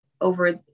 over